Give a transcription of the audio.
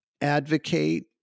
advocate